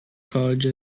college